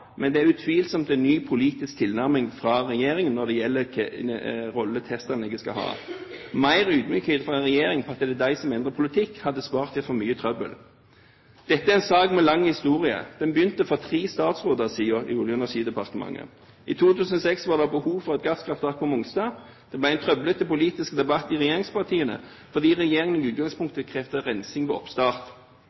men det er utvilsomt en ny politisk tilnærming fra regjeringen når det gjelder rollen testanlegget skal ha. Mer ydmykhet fra regjeringens side fordi det er de som endrer politikk, hadde spart dem for mye trøbbel. Dette er en sak med lang historie. Det begynte for tre statsråder siden i Olje- og energidepartementet. I 2006 var det behov for et gasskraftverk på Mongstad. Det ble en trøblete politisk debatt i regjeringspartiene, fordi regjeringen i utgangspunktet krevde rensing ved oppstart.